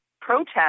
protest